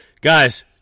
Guys